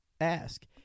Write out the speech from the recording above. ask